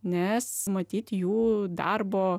nes matyt jų darbo